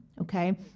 Okay